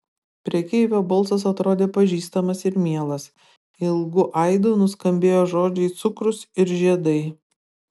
prekeivio balsas atrodė pažįstamas ir mielas ilgu aidu nuskambėjo žodžiai cukrus ir žiedai